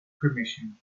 permission